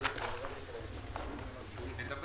הישיבה ננעלה בשעה 11:32.